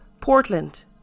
Portland